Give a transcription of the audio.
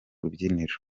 rubyiniro